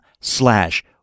slash